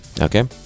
Okay